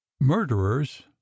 Murderers